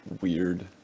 weird